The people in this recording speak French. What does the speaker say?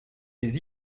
des